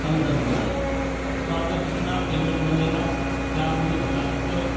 कल दस बजे तो आपका कितना पेमेंट बनेगा क्या आप मुझे बता सकते हो